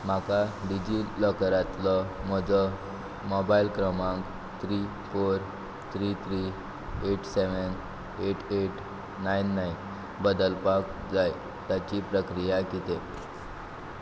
म्हाका डिजी लॉकरांतलो म्हजो मोबायल क्रमांक three four three three eight seven eight eight nine nine बदलपाक जाय ताची प्रक्रिया कितें